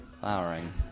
Flowering